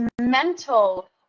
mental